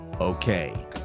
okay